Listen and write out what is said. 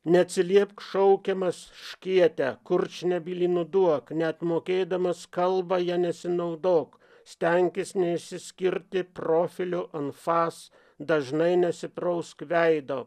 neatsiliepk šaukiamas škiete kurčnebylį nuduok net mokėdamas kalbą ja nesinaudok stenkis neišsiskirti profiliu anfas dažnai nesiprausk veido